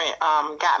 got